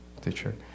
teacher